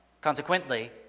Consequently